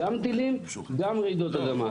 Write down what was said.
גם טילים, גם רעידות אדמה.